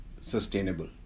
sustainable